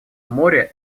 море